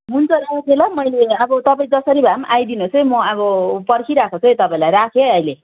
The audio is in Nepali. हुन्छ राखेँ ल मैले अब तपाईँ जसरी भए पनि आइदिनु होस् है म अब पर्खिरहेको छु है तपाईँलाई राखेँ है अहिले